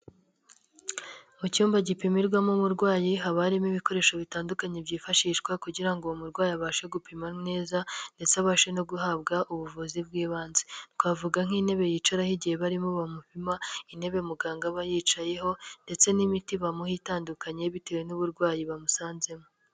Mu cyumba gipimirwa mo ubarwayi haba harimo ibikoresho bitandukanye byifashishwa kugira ngo uwo murwayi abashe gupimwa neza ndetse abashe no guhabwa ubuvuzi bw'ibanze. Twavuga nk'intebe yicara ho igihe barimo bamupima, intebe muganga aba yicayeho ndetse n'imiti bamuha itandukanye bitewe n'uburwayi bamusanzemo.